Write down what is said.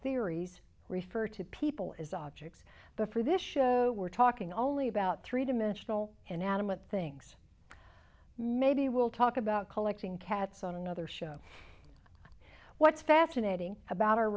theories refer to people as objects but for this show we're talking only about three dimensional inanimate things maybe we'll talk about collecting cats on another show what's fascinating about our